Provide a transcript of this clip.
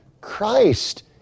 Christ